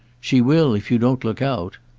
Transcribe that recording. she will if you don't look out.